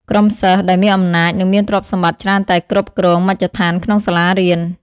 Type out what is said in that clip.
ក្រុមសិស្ស ដែលមានអំណាចនិងមានទ្រព្យសម្បត្តិច្រើនតែគ្រប់គ្រងមជ្ឈដ្ឋានក្នុងសាលារៀន។